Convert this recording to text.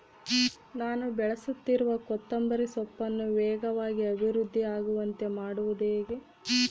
ನಾನು ಬೆಳೆಸುತ್ತಿರುವ ಕೊತ್ತಂಬರಿ ಸೊಪ್ಪನ್ನು ವೇಗವಾಗಿ ಅಭಿವೃದ್ಧಿ ಆಗುವಂತೆ ಮಾಡುವುದು ಹೇಗೆ?